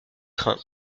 train